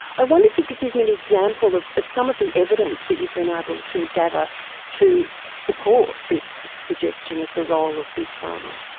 i wonder if you could give me an example of of some of the evidence that you've been able to gather to support this suggestion of the role of big pharma.